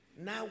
now